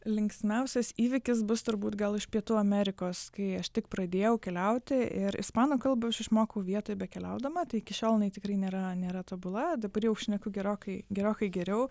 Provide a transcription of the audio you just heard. linksmiausias įvykis bus turbūt gal iš pietų amerikos kai aš tik pradėjau keliauti ir ispanų kalbą aš išmokau vietoj bekeliaudama tai iki šiol jinai tikrai nėra nėra tobula dabar jau šneku gerokai gerokai geriau